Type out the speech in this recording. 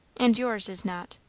and yours is not.